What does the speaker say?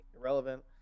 irrelevant